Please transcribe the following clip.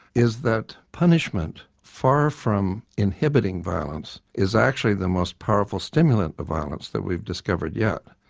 is that punishment far from inhibiting violence is actually the most powerful stimulant of violence that we've discovered yet.